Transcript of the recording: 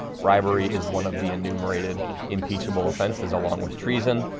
bribery is one of the enumerated impeachable offenses along with treason.